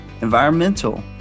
environmental